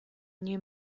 new